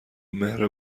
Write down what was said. مهر